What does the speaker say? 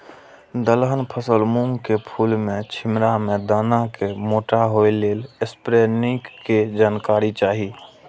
दलहन फसल मूँग के फुल में छिमरा में दाना के मोटा होय लेल स्प्रै निक के जानकारी चाही?